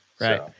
Right